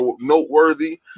noteworthy